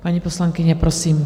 Paní poslankyně, prosím.